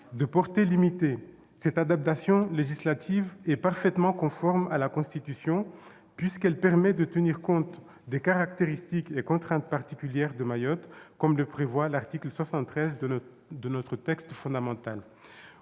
De portée limitée, cette adaptation législative est parfaitement conforme à la Constitution, puisqu'elle permet de tenir compte des « caractéristiques et contraintes particulières » de Mayotte, comme le prévoit l'article 73 de notre texte fondamental.